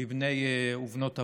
מבני ובנות הבית,